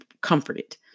comforted